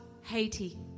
Haiti